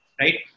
right